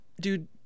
Dude